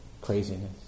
craziness